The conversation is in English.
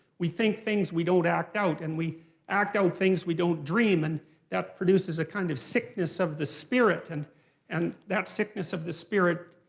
we think things we don't act out and we act out things we don't dream. and that produces a kind of sickness of the spirit. and and that sickness of the spirit,